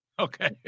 Okay